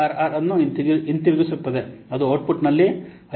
R ಅನ್ನು ಹಿಂದಿರುಗಿಸುತ್ತದೆ ಅದು ಔಟ್ಪುಟ್ನಲ್ಲಿ ಐ